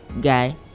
guy